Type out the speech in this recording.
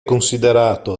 considerato